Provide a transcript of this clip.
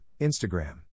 Instagram